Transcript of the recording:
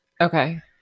Okay